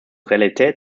realität